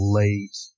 late